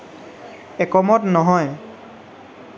একমত নহয়